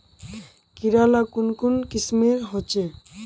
कीड़ा ला कुन कुन किस्मेर होचए?